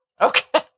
Okay